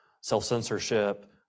self-censorship